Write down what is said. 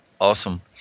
Awesome